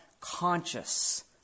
conscious